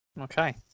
Okay